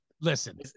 listen